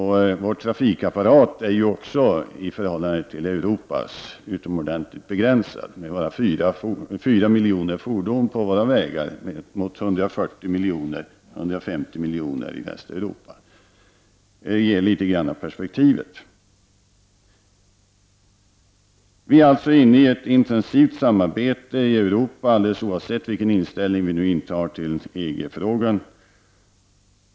Vår trafikapparat är också i förhållande till Europas utomordentligt begränsad. Vi har bara 4 miljoner fordon på våra vägar mot 150 miljoner i Västeuropa. Det ger litet av perspektivet. Vi är alltså inne i ett intensivt samarbete i Europa, oavsett vilken inställning vi intar till EG-frågan.